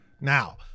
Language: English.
Now